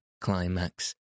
climax